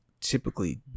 typically